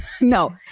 No